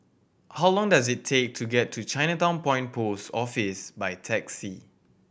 how long does it take to get to Chinatown Point Post Office by taxi